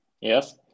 Yes